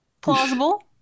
Plausible